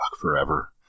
forever